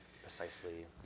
Precisely